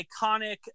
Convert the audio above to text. iconic